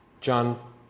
John